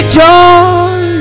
joy